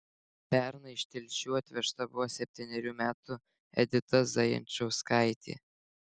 pernai iš telšių atvežta buvo septynerių metų edita zajančauskaitė